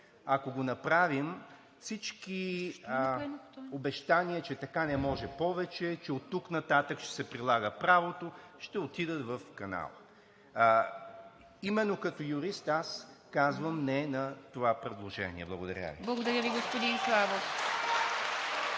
Ако го направим, всички обещания, че така не може повече, че оттук нататък ще се прилага правото, ще отидат в канала. Именно като юрист аз казвам не на това предложение. Благодаря Ви. (Ръкопляскания и